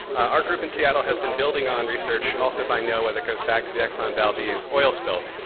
our group in seattle has been building on research, also by noaa, that goes back to the exxon valdez oil spill.